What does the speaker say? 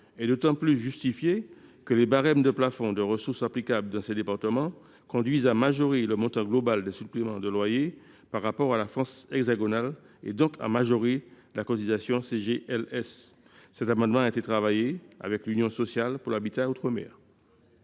est d’autant plus justifiée que les barèmes de plafonds de ressources applicables dans ces départements conduisent à majorer le montant global des suppléments de loyers par rapport à la France hexagonale, donc à majorer la cotisation CGLLS. Cet amendement a été élaboré avec l’Union sociale pour l’habitat outre mer.